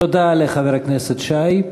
תודה לחבר הכנסת שי.